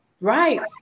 Right